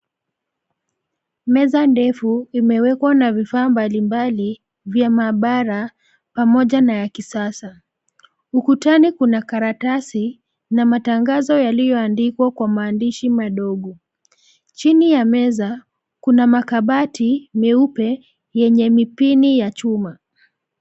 Meza ndefu imewekwa na vifaa mbalimbali vya maabara pamoja na ya kisasa. Ukutani kuna karatasi na matangazo yaliyoandikwa kwa maandishi madogo. Chini ya meza, kuna makabati meupe yenye mipini ya chuma.